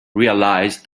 realised